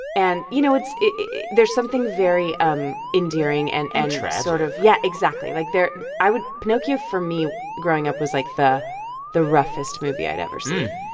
and you know, it's there's something very um endearing and. and tragic. and sort of yeah, exactly. like, there i would pinocchio for me growing up was, like, the the roughest movie i'd ever seen.